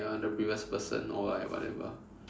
ya the previous person or like whatever